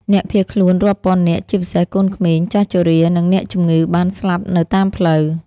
អ្នកភៀសខ្លួនរាប់ពាន់នាក់ ជាពិសេសកូនក្មេង ចាស់ជរា និងអ្នកជំងឺបានស្លាប់នៅតាមផ្លូវ។